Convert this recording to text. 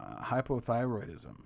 hypothyroidism